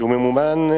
שזה ממומן,